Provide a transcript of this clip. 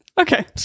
Okay